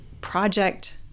project